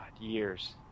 Years